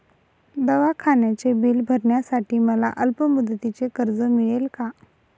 दवाखान्याचे बिल भरण्यासाठी मला अल्पमुदतीचे कर्ज मिळेल का?